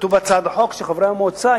כתוב בהצעת החוק שחברי המועצה,